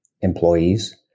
employees